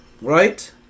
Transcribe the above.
right